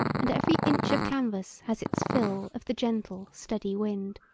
and every inch of canvas has its fill of the gentle steady wind.